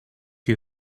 you